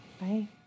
Bye